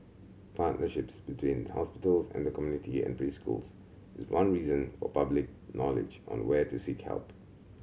partnerships between hospitals and the community and preschools is one reason for public knowledge on where to seek help